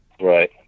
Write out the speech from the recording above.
Right